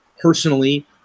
personally